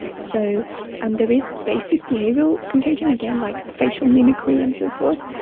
so and there is basic behavioural contagion, again like facial mimicry and so forth,